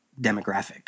demographic